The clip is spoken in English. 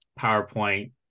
PowerPoint